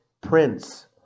prince